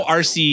rc